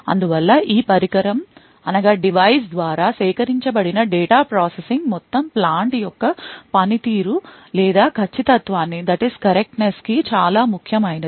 అందువల్ల ఈ పరికరం ద్వారా సేకరించబడిన డేటా ప్రాసెసింగ్ మొత్తం plant యొక్క పని తీరు లేదా ఖచ్చితత్వాని కి చాలా ముఖ్యమైనది